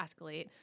escalate